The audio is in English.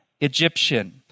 Egyptian